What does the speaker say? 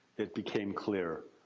it became clear.